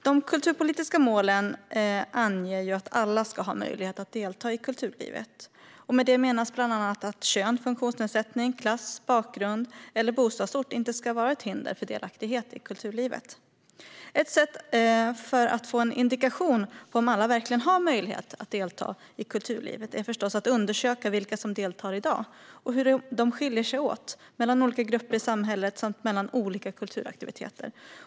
De kulturpolitiska målen anger att alla ska ha möjlighet att delta i kulturlivet. Med detta menas bland annat att kön, funktionsnedsättning, klass, bakgrund eller bostadsort inte ska vara ett hinder för delaktighet i kulturlivet. Ett sätt att få en indikation på om alla verkligen har möjlighet att delta i kulturlivet är att undersöka vilka som deltar i dag och om detta skiljer sig åt mellan olika grupper i samhället samt mellan olika kulturaktiviteter.